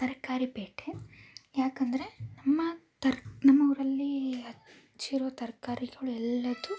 ತರಕಾರಿ ಪೇಟೆ ಯಾಕಂದರೆ ನಮ್ಮ ತರ್ಕ ನಮ್ಮ ಊರಲ್ಲಿ ಹೆಚ್ಚಿರೋ ತರ್ಕಾರಿಗಳು ಎಲ್ಲವು